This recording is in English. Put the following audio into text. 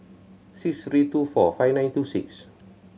six three two four five nine two six